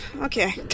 okay